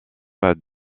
pas